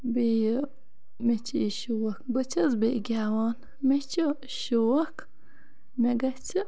بیٚیہِ مےٚ چھِ یہ شوق بہٕ چھَس بیٚیہِ گیٚوان مےٚ چھُ شوق مےٚ گَژھِ